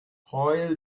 heul